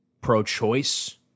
pro-choice